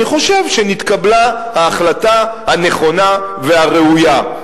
אני חושב שנתקבלה ההחלטה הנכונה והראויה.